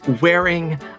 wearing